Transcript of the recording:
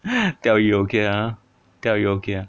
钓鱼 okay ah 钓鱼 okay ah